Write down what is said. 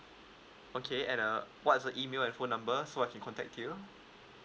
okay and err what's your email and phone number so I can contact you